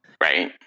Right